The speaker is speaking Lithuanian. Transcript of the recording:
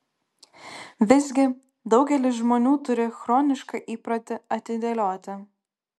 visgi daugelis žmonių turį chronišką įprotį atidėlioti